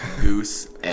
Goose